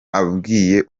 abwiye